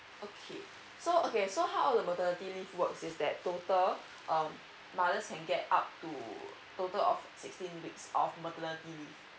okay so okay how will the maternity leave work is that total um mothers can get up to total of sixteen weeks of maternity leave